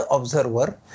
observer